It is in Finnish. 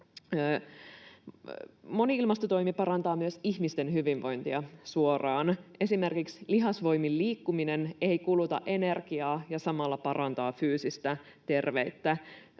Moni ilmastotoimi parantaa myös ihmisten hyvinvointia suoraan. Esimerkiksi lihasvoimin liikkuminen ei kuluta energiaa ja samalla parantaa fyysistä terveyttä.